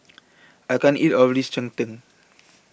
I can't eat All of This Cheng Tng